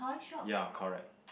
ya correct